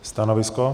Stanovisko?